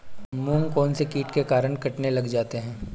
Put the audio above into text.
मूंग कौनसे कीट के कारण कटने लग जाते हैं?